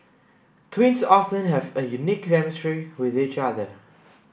twins often have a unique chemistry with each other